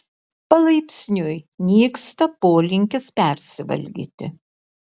palaipsniui nyksta polinkis persivalgyti